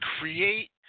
create